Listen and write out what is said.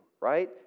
right